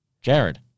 Jared